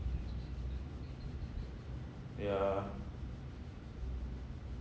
yeah